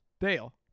Dale